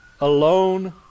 alone